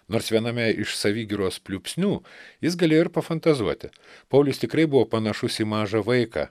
nors viename iš savigyros pliūpsnių jis galėjo ir pafantazuoti paulius tikrai buvo panašus į mažą vaiką